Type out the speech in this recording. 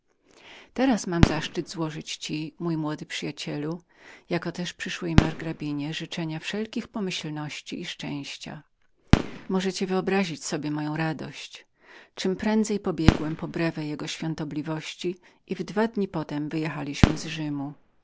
teraz mam zaszczyt złożenia tobie mój młody przyjacielu jakoteż przyszłej margrabinie życzeń wszelkich pomyślności i szczęścia możecie wyobrazić sobie moją radość czemprędzej pobiegłem po breve jego świątobliwości i we dwa dni potem wyjechaliśmy z rzymu